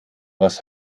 was